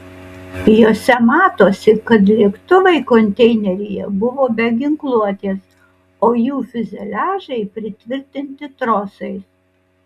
jose matosi kad lėktuvai konteineryje buvo be ginkluotės o jų fiuzeliažai pritvirtinti trosais